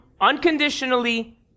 unconditionally